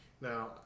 Now